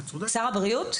שר הבריאות.